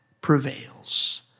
prevails